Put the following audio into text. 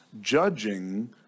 judging